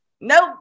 Nope